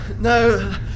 No